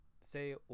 say